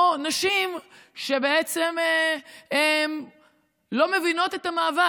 או נשים שבעצם לא מבינות את המאבק,